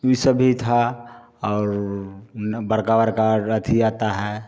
ये सब भी था और बड़का बड़का रथी आता है